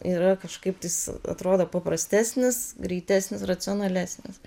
yra kažkaip tais atrodo paprastesnis greitesnis racionalesnis